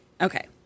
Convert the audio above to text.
Okay